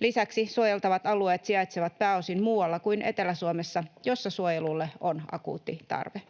Lisäksi suojeltavat alueet sijaitsevat pääosin muualla kuin Etelä-Suomessa, jossa suojelulle on akuutti tarve.